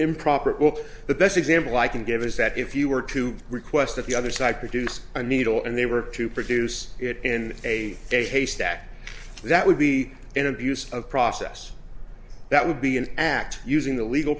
improper it will the best example i can give is that if you were to request that the other side produce a needle and they were to produce it in a haystack that would be an abuse of process that would be an act using the legal